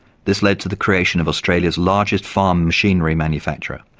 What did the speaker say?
this led to the creation of australia's largest farm machinery manufacturer,